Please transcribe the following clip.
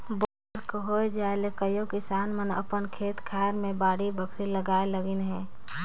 bore कर होए जाए ले कइयो किसान मन अपन खेते खाएर मन मे बाड़ी बखरी लगाए लगिन अहे